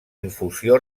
infusió